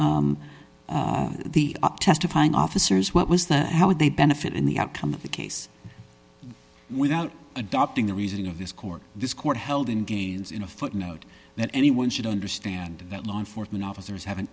the up testifying officers what was that and how would they benefit in the outcome of the case without adopting the reasoning of this court this court held in gains in a footnote that anyone should understand that law enforcement officers have an